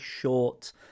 short